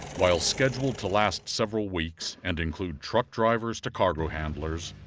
while scheduled to last several weeks and include truck drivers to cargo handlers,